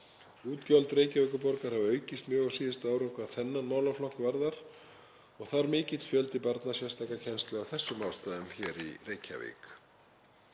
Útgjöld Reykjavíkurborgar hafa aukist mjög á síðustu árum hvað þennan málaflokk varðar og þarf mikill fjöldi barna sérstaka kennslu af þessum ástæðum í Reykjavík.